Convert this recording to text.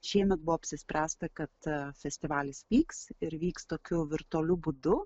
šiemet buvo apsispręsta kad festivalis vyks ir vyks tokiu virtualiu būdu